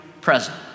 present